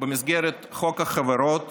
במסגרת חוק החברות